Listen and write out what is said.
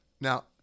Now